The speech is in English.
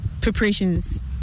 preparations